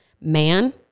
man